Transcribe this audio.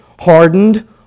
hardened